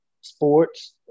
sports